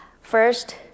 first